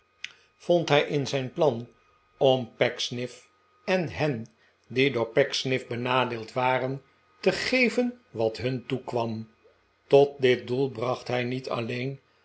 vond hij in zijn plan om pecksniff en hen die door pecksniff benadeeld waren te geven wat hun toekwam tot dit doel bracht hij niet alleen